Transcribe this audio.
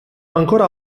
ancora